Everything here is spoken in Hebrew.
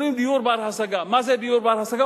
אומרים "דיור בר-השגה", מה זה דיור בר-השגה?